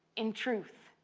in truth,